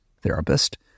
therapist